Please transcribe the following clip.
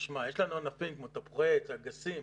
תשמע, יש לנו ענפים כמו תפוחי עץ, אגסים,